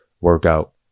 workout